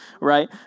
right